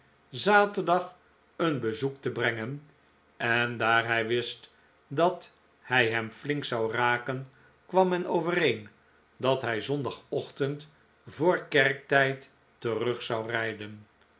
zaterdag een bezoek te brengen en daar hij wist dat hij hem flink zou raken kwam men overeen dat hij zondagochtend voor kerktijd terug zou rijden